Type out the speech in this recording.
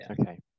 Okay